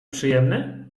przyjemny